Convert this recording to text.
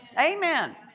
Amen